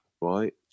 right